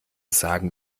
sagen